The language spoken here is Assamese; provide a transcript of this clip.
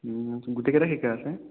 গোটেইকেইটা শিকা আছে